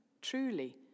truly